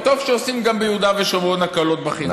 וטוב שעושים גם ביהודה ושומרון הקלות בחינוך,